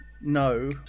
No